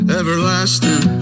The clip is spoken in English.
everlasting